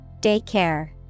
daycare